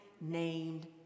named